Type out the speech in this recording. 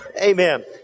Amen